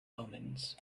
omens